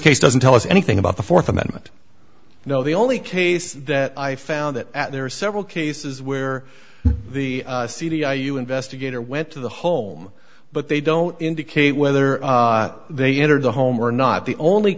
case doesn't tell us anything about the fourth amendment you know the only case that i found that there are several cases where the c d i you investigator went to the home but they don't indicate whether they entered the home or not the only